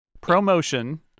promotion